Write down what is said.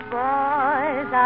boys